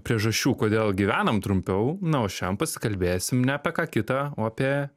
priežasčių kodėl gyvenam trumpiau na o šiandien pasikalbėsim ne apie ką kitą o apie